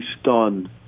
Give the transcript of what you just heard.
stunned